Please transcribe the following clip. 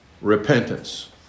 Repentance